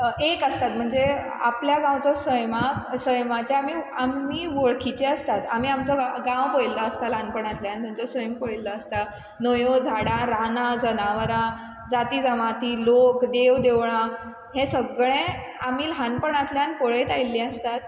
एक आसात म्हणजे आपल्या गांवचो सैमाक सैमाचे आमी आमी वळखीचे आसतात आमी आमचो गांव गांव पयल्लो आसता ल्हानपणातल्यान थंन्चो सैम पळयल्लो आसता न्हंयो झाडां रानां जनावरां जाती जमाती लोक देव देवळां हें सगळें आमी ल्हानपणांतल्यान पळयत आयिल्लीं आसतात